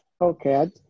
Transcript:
okay